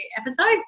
episodes